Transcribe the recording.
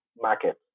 market